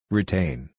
Retain